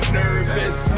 nervous